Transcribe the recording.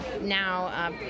now